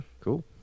cool